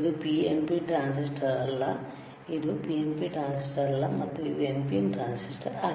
ಇದು PNP transistor ಅಲ್ಲ ಅದು PNP ಟ್ರಾನ್ಸಿಸ್ಟರ್ ಅಲ್ಲ ಮತ್ತು ಇದು NPN ಟ್ರಾನ್ಸಿಸ್ಟರ್ ಆಗಿದೆ